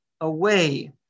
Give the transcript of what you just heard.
away